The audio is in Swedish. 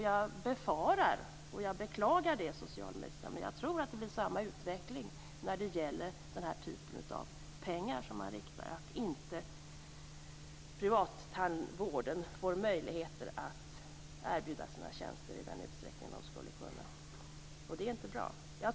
Jag befarar - och det beklagar jag, socialministern - att det blir samma utveckling när det gäller den här typen av riktade pengar, nämligen att privattandvården inte får möjlighet att erbjuda sina tjänster i den utsträckning som de skulle kunna. Det är inte bra.